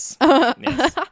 Yes